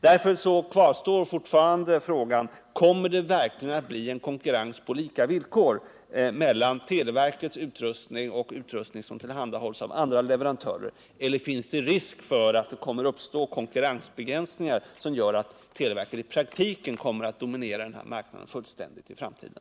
Därför kvarstår fortfarande frågan: Kommer det verkligen att bli en konkurrens på lika villkor mellan televerkets utrustning och utrustning som tillhandahålls av andra leverantörer, eller finns det risk för att det kommer att uppstå en konkurrensbegränsning, som medför att televerket i praktiken kommer att dominera denna marknad fullständigt i framtiden?